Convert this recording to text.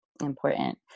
important